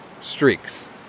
streaks